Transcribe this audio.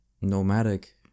nomadic